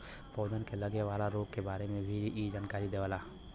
पौधन के लगे वाला रोग के बारे में भी इ जानकारी देवला